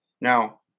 now